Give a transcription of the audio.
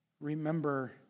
Remember